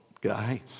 guy